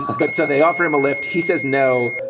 but so they offer him a lift. he says no.